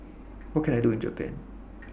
What Can I Do in Japan